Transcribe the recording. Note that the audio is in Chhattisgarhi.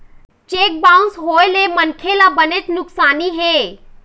चेक बाउंस होए ले मनखे ल बनेच नुकसानी हे